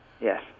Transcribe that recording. Yes